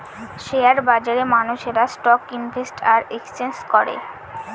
share বাজারে মানুষেরা stock invest আর এক্সচেঞ্জ করে